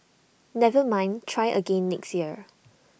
never mind try again next year